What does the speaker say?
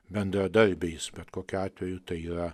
bendradarbiais bet kokiu atveju tai yra